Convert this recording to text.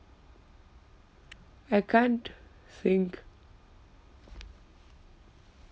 I can't think